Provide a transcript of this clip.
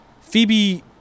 Phoebe